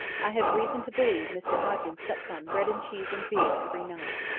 i have reason to believe mr hoggins sups on bread-and-cheese and beer every night.